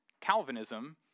Calvinism